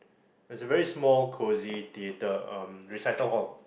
there's a very small cosy theatre ah recital hall